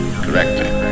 correctly